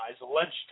alleged